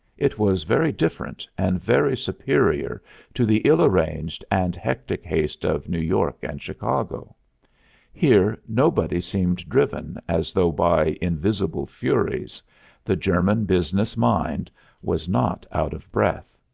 it was very different and very superior to the ill-arranged and hectic haste of new york and chicago here nobody seemed driven as though by invisible furies the german business mind was not out of breath.